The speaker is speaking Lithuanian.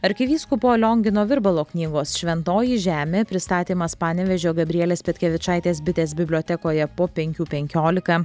arkivyskupo liongino virbalo knygos šventoji žemė pristatymas panevėžio gabrielės petkevičaitės bitės bibliotekoje po penkių penkiolika